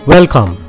Welcome